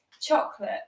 Chocolate